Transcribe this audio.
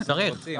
צריך.